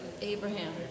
Abraham